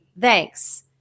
thanks